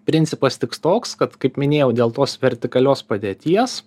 principas tiks toks kad kaip minėjau dėl tos vertikalios padėties